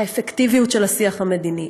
האפקטיביות של השיח המדיני,